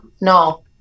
No